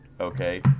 okay